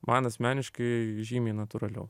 man asmeniškai žymiai natūraliau